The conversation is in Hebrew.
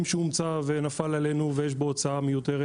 שהומצא ונפל עלינו ויש בו הוצאה מיותרת